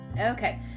Okay